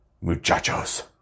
Muchachos